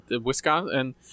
Wisconsin